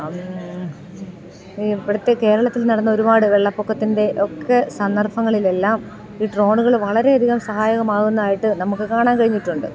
ഇപ്പം അടുത്ത് കേരളത്തിൽ നടന്ന ഒരുപാട് വെള്ളപ്പൊക്കത്തിൻ്റെ ഒക്കെ സന്ദർഭങ്ങളിലെല്ലാം ഈ ഡ്രോണുകൾ വളരെയധികം സഹായകമാകുന്നതായിട്ട് നമുക്ക് കാണാൻ കഴിഞ്ഞിട്ടുണ്ട്